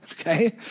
okay